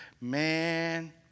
Man